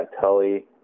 Tully